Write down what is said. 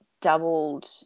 doubled